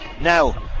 Now